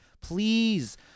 Please